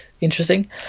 interesting